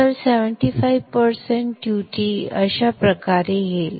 तर 75 टक्के ड्युटी अशा प्रकारे येईल